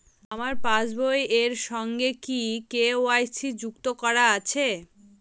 আমার পাসবই এর সঙ্গে কি কে.ওয়াই.সি যুক্ত করা আছে?